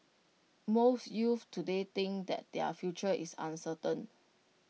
most youths today think that their future is uncertain